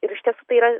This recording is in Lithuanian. ir iš tiesų tai yra